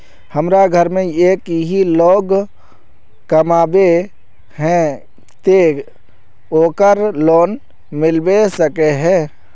हमरा घर में एक ही लोग कमाबै है ते ओकरा लोन मिलबे सके है?